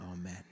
Amen